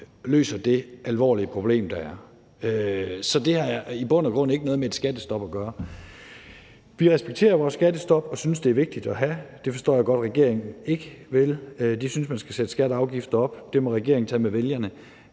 løser det alvorlige problem, der er. Så det har i bund og grund ikke noget med et skattestop at gøre. Vi respekterer vores skattestop og synes, det er vigtigt at have. Det forstår jeg godt at regeringen ikke vil. Regeringen synes, at man skal sætte skatter og afgifter op. Det må regeringen tage med vælgerne.